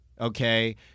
okay